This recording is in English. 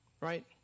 Right